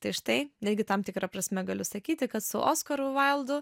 tai štai netgi tam tikra prasme galiu sakyti kad su oskaru vaildu